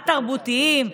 התרבותיים,